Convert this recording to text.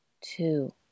Two